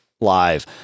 live